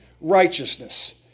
righteousness